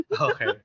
Okay